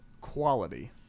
quality